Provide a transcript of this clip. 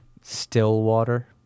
Stillwater